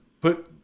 put